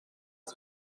not